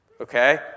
Okay